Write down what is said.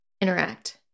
interact